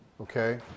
Okay